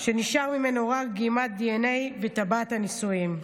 שנשארה ממנו רק דגימת דנ"א וטבעת נישואים.